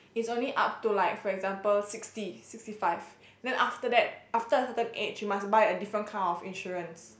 it's only up to like for example sixty sixty five then after that after a certain age you must buy a different kind of insurance